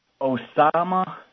Osama